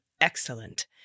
Excellent